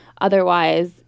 Otherwise